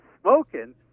smoking